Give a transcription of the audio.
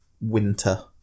winter